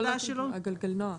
גלגלנוע.